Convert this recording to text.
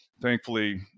thankfully